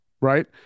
right